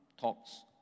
talks